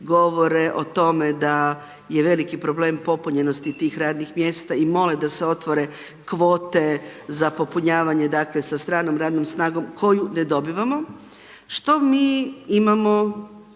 govore o tome da veliki problem popunjenosti tih radnih mjesta i mole da se otvore kvote za popunjavanje sa stranom radnom snagom koju ne dobivamo. Što mi imamo,